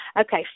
Okay